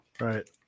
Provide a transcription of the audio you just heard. Right